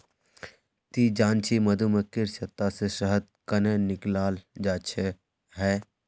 ती जानछि मधुमक्खीर छत्ता से शहद कंन्हे निकालाल जाच्छे हैय